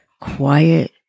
quiet